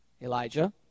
Elijah